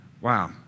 Wow